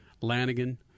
lanigan